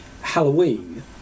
Halloween